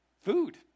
food